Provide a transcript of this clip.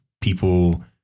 people